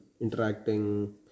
interacting